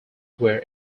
were